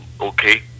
okay